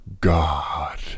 God